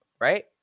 right